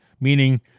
Meaning